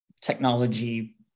technology